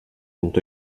sont